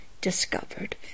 discovered